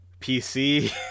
PC